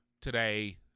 today